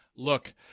Look